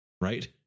right